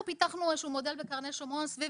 אנחנו בקרני שומרון פיתחנו איזשהו מודל סביב